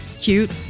cute